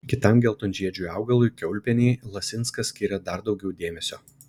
kitam geltonžiedžiui augalui kiaulpienei lasinskas skiria dar daugiau dėmesio